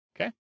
Okay